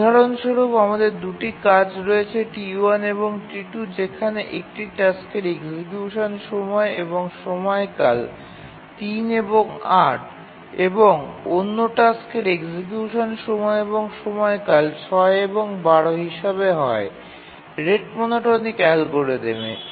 উদাহরণ স্বরূপ আমাদের 2 টি কাজ রয়েছে T1 এবং T2 যেখানে একটি টাস্কের এক্সিকিউশন সময় এবং সময়কাল ৩ এবং ৮ এবং অন্য টাস্কের এক্সিকিউশন সময় এবং সময়কাল ৬ এবং ১২ হিসাবে হয় রেট মনোটোনিক অ্যালগরিদমে